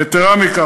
יתרה מכך,